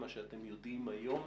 מה שאתם יודעים היום